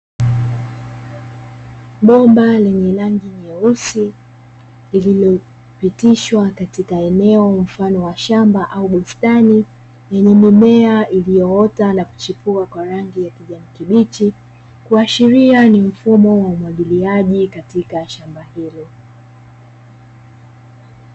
Bomba lenye rangi nyeusi lililopitishwa katika eneo mfano wa shamba au bustani, yenye mimea iliyoota na kuchipua kwa rangi ya kijani kibichi. Kuashiria ni mfumo wa umwagiliaji katika shamba hilo.